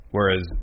Whereas